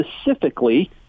specifically